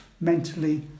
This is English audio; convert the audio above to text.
mentally